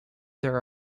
there